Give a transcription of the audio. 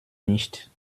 nicht